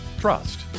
Trust